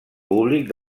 públic